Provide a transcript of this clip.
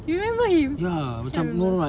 you remember him I can't remember